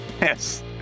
yes